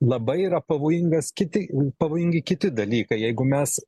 labai yra pavojingas kiti pavojingi kiti dalykai jeigu mes